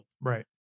Right